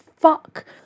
Fuck